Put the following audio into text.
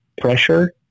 pressure